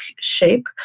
shape